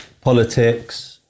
politics